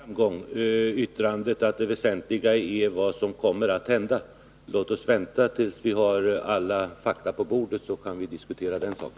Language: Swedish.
Herr talman! Nå, det var en framgång, att det väsentliga är vad som kommer att hända! Låt oss vänta tills vi får alla fakta på bordet, så kan vi diskutera den saken.